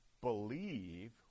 believe